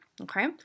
Okay